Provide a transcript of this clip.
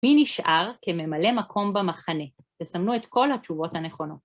מי נשאר כממלא מקום במחנה? תסמנו את כל התשובות הנכונות.